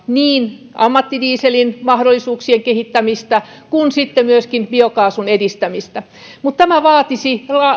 niin ammattidieselin mahdollisuuksien kehittämistä kuin sitten myöskin biokaasun edistämistä mutta tämä vaatisi